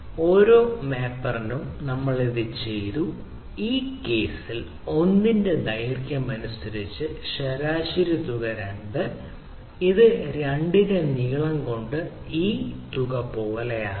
ഓരോ മാപ്പറിനും നമ്മൾ ഇത് ചെയ്തു ഈ കേസിൽ l ന്റെ ദൈർഘ്യം അനുസരിച്ച് ശരാശരി തുക 2 ഇത് 2 ന്റെ നീളം കൊണ്ട് ഈ തുക പോലെയാകണം